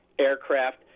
Aircraft